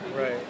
Right